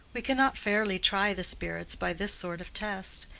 we cannot fairly try the spirits by this sort of test.